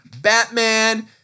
Batman